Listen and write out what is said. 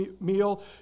meal